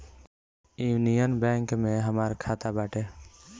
union Bank में हमार खाता बाटे